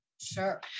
Sure